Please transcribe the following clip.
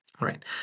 right